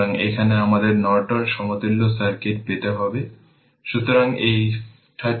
সুতরাং এটি 2 2 i1 i2 এইভাবে চলছে কারণ i1 উপরের দিকে যাচ্ছে এবং i2 নিচের দিকে যাচ্ছে